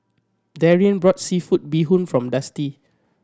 Darrien brought seafood bee hoon from Dusty